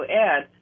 add